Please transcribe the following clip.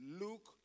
look